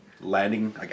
landing